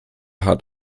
hat